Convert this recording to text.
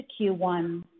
Q1